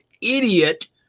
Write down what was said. idiot